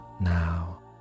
now